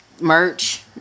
merch